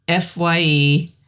Fye